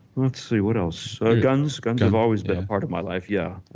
let's see what else guns, guns have always been a part of my life, yeah.